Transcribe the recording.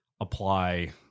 apply